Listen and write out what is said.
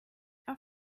auf